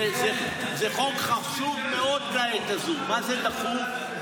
זה חוק חשוב מאוד בעת הזו, מה זה דחוף.